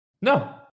No